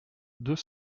deux